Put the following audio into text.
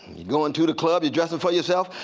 you going to the club, you dressing for yourself?